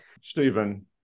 Stephen